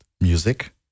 music